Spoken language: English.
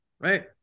right